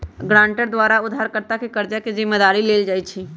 guarantor द्वारा उधारकर्ता के कर्जा के जिम्मदारी लेल जाइ छइ